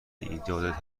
ایجاد